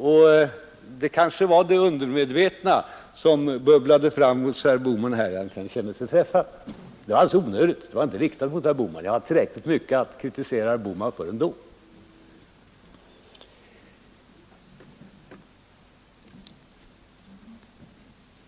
Det var kanske det undermedvetna som där bubblade fram hos herr Bohman och gjorde att han kände sig träffad. Det var alldeles onödigt. Vad jag sade var inte riktat mot herr Bohman. Jag har tillräckligt mycket att kritisera honom för ändå,